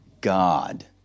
God